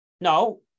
No